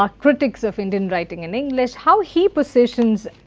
ah critics of indian writing in english, how he positions